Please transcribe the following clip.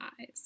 eyes